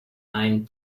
nine